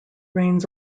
rains